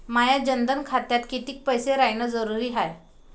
माया जनधन खात्यात कितीक पैसे रायन जरुरी हाय?